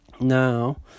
now